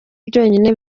byonyine